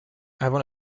avant